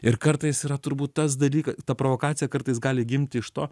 ir kartais yra turbūt tas dalykas ta provokacija kartais gali gimti iš to